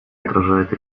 отражает